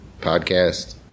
podcast